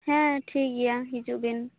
ᱦᱮᱸ ᱴᱷᱤᱠᱜᱮᱭᱟ ᱦᱤᱡᱩᱜ ᱵᱤᱱ